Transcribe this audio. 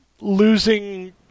Losing